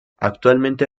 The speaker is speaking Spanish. actualmente